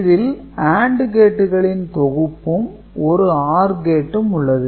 இதில் AND கேட்டுகளின் தொகுப்பும் ஒரு OR கேட்டும் உள்ளது